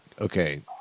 okay